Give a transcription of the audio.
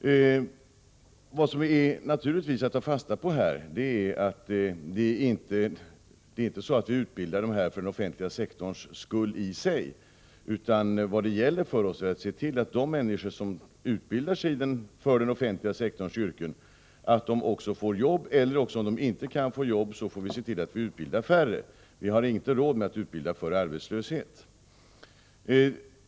Det är inte så att vi utbildar dessa människor för den offentliga sektorns skull, utan vad det gäller för oss är att se till att de som utbildar sig för den offentliga sektorns yrken också får jobb. Om de inte kan få jobb får vi se till att utbilda färre. Vi har inte råd att utbilda för arbetslöshet.